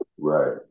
Right